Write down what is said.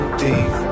deep